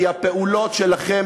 כי הפעולות שלכם,